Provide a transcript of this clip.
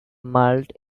malt